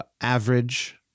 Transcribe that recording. average